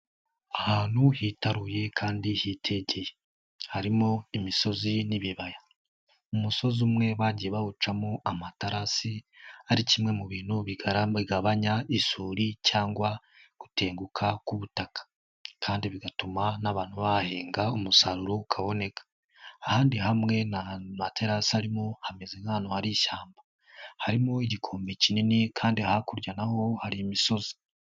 Ahantu hitaruye kandi hitegeye, harimo imisozi n'ibibaya, umusozi umwe bagiye bawucamo amaterasi ari kimwe mu bintu bigabanya isuri cyangwa gutenguka k'ubutaka kandi bigatuma n'abantu bahahinga umusaruro ukaboneka, ahandi hamwe nta materasi arimo hameze nk'aho hari ishyamba, harimo igikombe kinini kandi hakurya na ho hari imisozi.